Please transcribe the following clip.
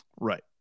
Right